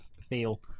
feel